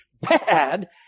bad